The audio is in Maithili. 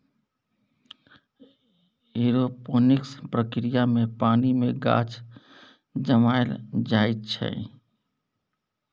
एरोपोनिक्स प्रक्रिया मे पानि मे गाछ जनमाएल जाइ छै